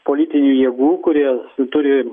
politinių jėgų kurie turi